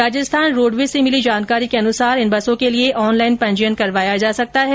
Rajasthan roadways से मिली जानकारी के अनुसार इन बसों के लिए ऑनलाइन पंजीयन करवाया जा सकता है